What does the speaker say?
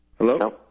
Hello